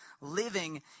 living